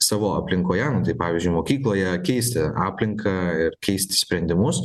savo aplinkoje nu tai pavyzdžiui mokykloje keisti aplinką ir keisti sprendimus